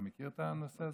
אתה מכיר את הנושא הזה?